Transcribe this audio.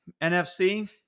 NFC